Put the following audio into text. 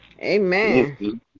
Amen